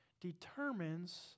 determines